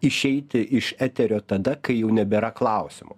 išeiti iš eterio tada kai jau nebėra klausimų